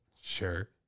Sure